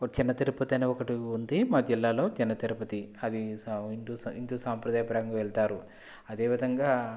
చిన్న తిరుపతి అని ఒకటి ఉంది మా జిల్లాలో చిన్న తిరుపతి అది హిందూ సాంప్రదాయపరంగా వెళతారు అదే విధంగా